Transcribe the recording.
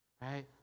right